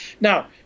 Now